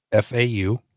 FAU